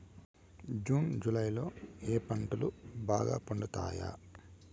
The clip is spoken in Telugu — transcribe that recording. జూన్ జులై లో ఏ పంటలు బాగా పండుతాయా?